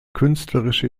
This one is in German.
künstlerische